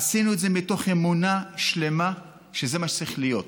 עשינו את זה מתוך אמונה שלמה שזה מה שצריך להיות,